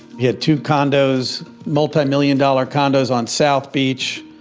he had two condos multi-million dollar condos on south beach,